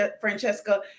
Francesca